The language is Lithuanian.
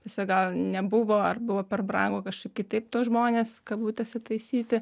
tiesiog gal nebuvo ar buvo per brangu kažkaip kitaip tuos žmones kabutėse taisyti